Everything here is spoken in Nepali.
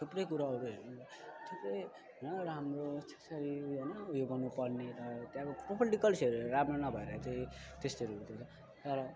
थुप्रै कुरोहरू हेर्नु थुप्रै होइन राम्रो त्यसरी उयो होइन उयो गर्नु पर्ने र त्यहाँको पोलिटिकल्सहरू राम्रो नभएर चाहिँ त्यस्तोहरू तर